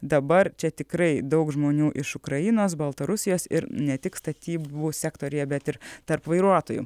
dabar čia tikrai daug žmonių iš ukrainos baltarusijos ir ne tik statybų sektoriuje bet ir tarp vairuotojų